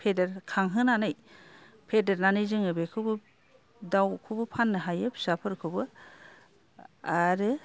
फेदेर खांहोनानै फेदेरनानै जोङो बेखौबो दावखौबो फाननो हायो फिसाफोरखौबो आरो